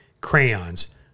crayons